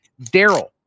Daryl